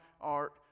art